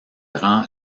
rang